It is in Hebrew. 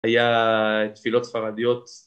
‫היה תפילות ספרדיות.